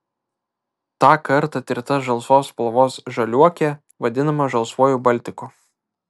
tą kartą tirta žalsvos spalvos žaliuokė vadinama žalsvuoju baltiku